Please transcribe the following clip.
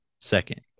second